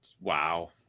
Wow